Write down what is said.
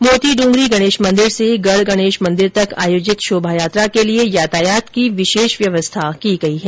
मोती ड्रंगरी गणेश मंदिर से गढ गणेश मेंदिर तक आयोजित शोभायात्रा के लिए यातायात की विशेष व्यवस्था की गई है